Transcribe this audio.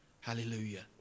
Hallelujah